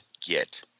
get